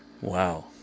Wow